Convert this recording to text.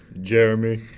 Jeremy